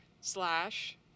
slash